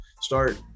start